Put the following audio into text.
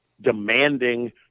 demanding